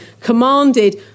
commanded